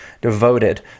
devoted